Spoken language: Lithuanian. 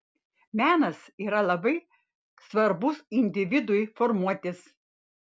menas yra labai svarbus individui formuotis